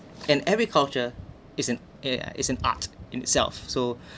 and every culture is an eh is an art in itself so